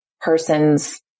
person's